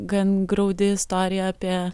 gan graudi istorija apie